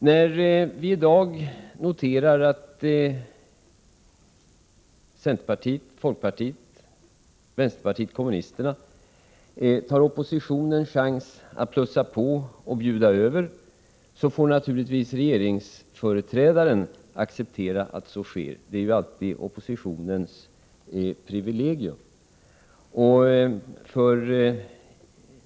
När vi i dag noterar att centerpartiet, folkpartiet och vänsterpartiet kommunisterna tar oppositionens chans att plussa på och bjuda över får regeringsföreträdaren naturligtvis acceptera att så sker — det är alltid oppositionens privilegium.